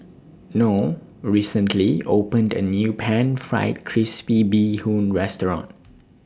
Noel recently opened A New Pan Fried Crispy Bee Hoon Restaurant